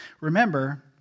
Remember